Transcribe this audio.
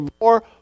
more